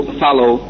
follow